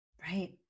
Right